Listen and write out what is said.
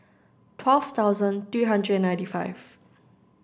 twelfth thousand three hundred ninty five